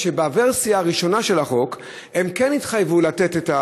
ובוורסיה הראשונה של החוק הם כן התחייבו לתת,